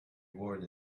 word